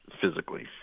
physically